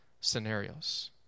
scenarios